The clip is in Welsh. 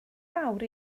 mawr